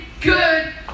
good